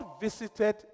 visited